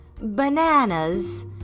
bananas